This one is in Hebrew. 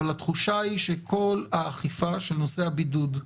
אבל התחושה היא שכל האכיפה של נושא הבידוד,